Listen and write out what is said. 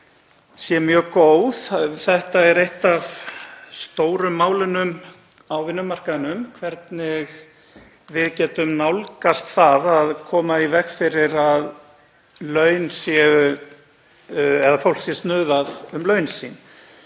sé mjög góð. Þetta er eitt af stóru málunum á vinnumarkaðnum, hvernig við getum nálgast það að koma í veg fyrir að fólk sé snuðað um laun sín.